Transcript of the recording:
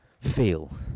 feel